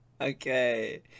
Okay